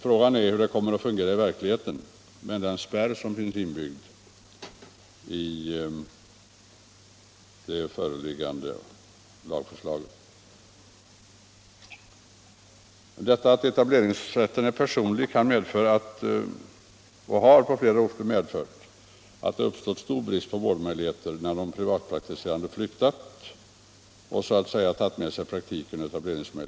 Frågan är hur den kommer att fungera i verkligheten med den spärr som finns inbyggd i det föreliggande lagförslaget. Att etableringsrätten är personlig kan medföra och har på flera orter medfört att det har uppstått stor brist på vårdmöjligheter när en privatpraktiserande tandläkare flyttat och så att säga tagit med sig praktiken och etableringsrätten.